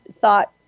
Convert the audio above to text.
thought